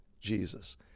Jesus